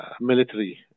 military